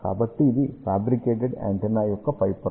కాబట్టి ఇది fabricated antenna యొక్క పై పొర